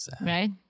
Right